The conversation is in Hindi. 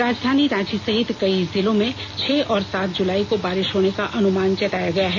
राजधानी रांची सहित कई जिलों में छह और सात जुलाई को बारिष होने का अनुमान जताया गया है